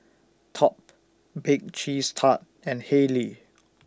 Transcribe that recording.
Top Bake Cheese Tart and Haylee